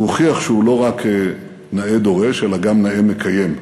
הוא הוכיח שהוא לא רק נאה דורש אלא גם נאה מקיים.